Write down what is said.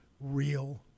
real